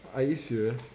are you serious